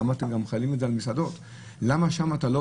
למה אתם מחילים את זה גם על מסעדות?